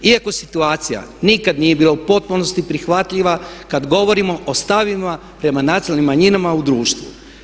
Iako situacija nikad nije bila u potpunosti prihvatljiva kad govorimo o stavovima prema nacionalnim manjinama u društvu.